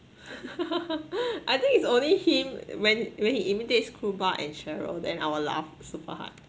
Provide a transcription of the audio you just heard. I think it's only him when when he imitates cuba and cheryl then I will laugh super hard